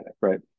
right